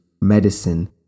medicine